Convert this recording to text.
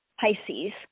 Pisces